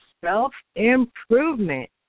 self-improvement